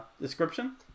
description